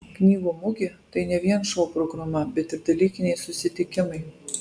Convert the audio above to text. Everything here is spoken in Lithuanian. knygų mugė tai ne vien šou programa bet ir dalykiniai susitikimai